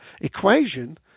equation